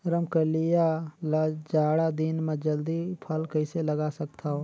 रमकलिया ल जाड़ा दिन म जल्दी फल कइसे लगा सकथव?